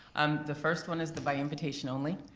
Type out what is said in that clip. um the first one is the by invitation only.